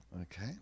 Okay